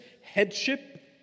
headship